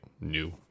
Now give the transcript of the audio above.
new